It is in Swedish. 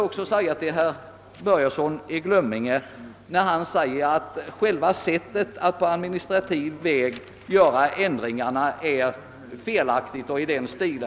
Herr Börjesson i Glömminge sade att det aktuella sättet att genomföra ändringarna på administrativ väg är felaktigt.